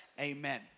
amen